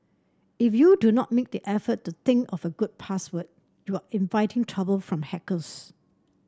if you do not make the effort to think of a good password you are inviting trouble from hackers